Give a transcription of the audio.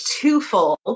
twofold